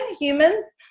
humans